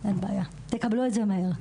תקבלו את זה כמה שיותר מהר.